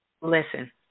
Listen